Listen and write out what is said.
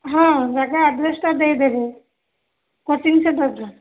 ହଁ ଜାଗା ଆଡ଼୍ରେସ୍ଟା ଦେଇଦେବେ କୋଚିଙ୍ଗ୍ ସେଣ୍ଟର୍ର